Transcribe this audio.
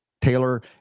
Taylor